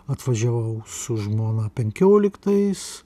atvažiavau su žmona penkioliktais